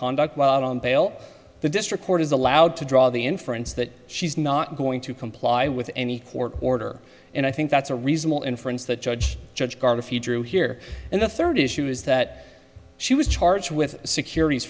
conduct while out on bail the district court is allowed to draw the inference that she's not going to comply with any court order and i think that's a reasonable inference that judge judge card if you drew here and the third issue is that she was charged with securities